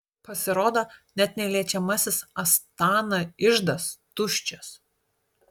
pasirodo net neliečiamasis astana iždas tuščias